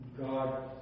God